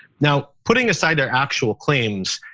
now, putting aside their actual claims,